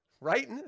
right